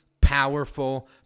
powerful